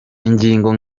ingingo